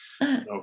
No